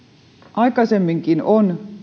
aikaisemminkin on